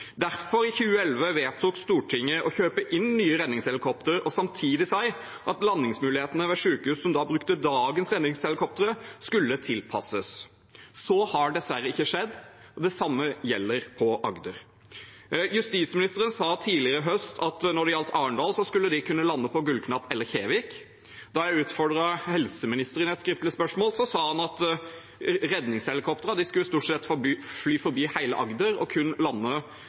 vedtok Stortinget i 2011 å kjøpe inn nye redningshelikoptre og samtidig si at landingsmulighetene ved sykehus som da brukte dagens redningshelikopter, skulle tilpasses. Så har dessverre ikke skjedd. Det samme gjelder på Agder. Justisministeren sa tidligere i høst at når det gjaldt Arendal, skulle de kunne lande på Gullknapp eller Kjevik. Da jeg utfordret helseministeren i et skriftlig spørsmål, sa han at for Helse Sør-Øst skulle redningshelikoptrene stort sett fly forbi hele Agder og kun